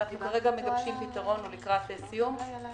אנחנו כרגע מגבשים פתרון הוא לקראת סיום.